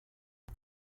det